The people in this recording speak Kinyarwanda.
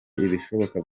ibishoboka